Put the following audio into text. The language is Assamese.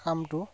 কামটো